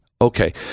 Okay